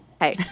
hey